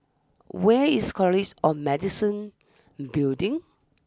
where is College or Medicine Building